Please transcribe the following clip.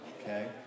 Okay